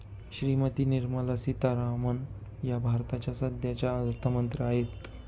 श्रीमती निर्मला सीतारामन या भारताच्या सध्याच्या अर्थमंत्री आहेत